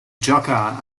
gioca